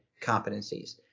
competencies